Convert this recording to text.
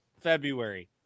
February